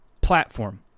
platform